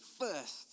first